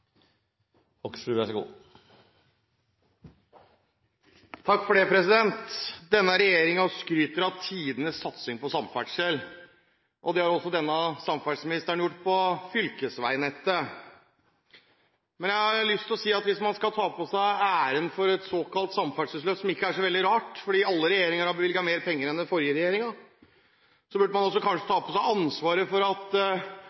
i stortingssalen. Så dette er en oppfordring til å være innovative og nytenkende i det politiske arbeid, slik at også kvinnene skal få en større andel i lederposisjoner i politikken. Denne regjeringen skryter av tidenes satsing på samferdsel, og det har også denne samferdselsministeren gjort når det gjelder fylkesveinettet. Men jeg har lyst til å si at hvis man skal ta æren for et såkalt samferdselsløft – som ikke er så veldig rart, fordi alle regjeringer har